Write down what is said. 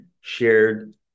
shared